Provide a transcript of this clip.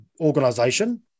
organization